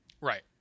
right